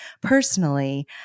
personally